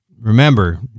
remember